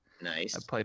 nice